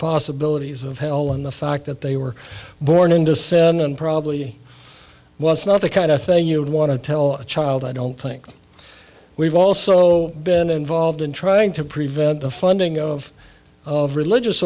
possibilities of hell and the fact that they were born into sin and probably was not the kind of thing you'd want to tell a child i don't think we've also been involved in trying to prevent the funding of of religious